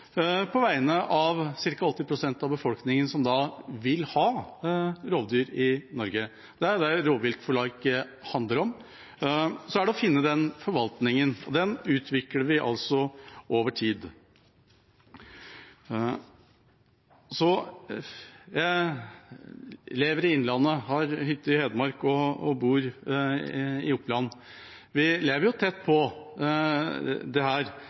på vegne av de ca. 80 pst. av befolkningen som vil ha rovdyr i Norge. Det er det rovviltforlik handler om. Så er det å finne forvaltningen, og den utvikler vi over tid. Jeg lever i Innlandet. Jeg har hytte i Hedmark og bor i Oppland. Vi lever tett på dette, men det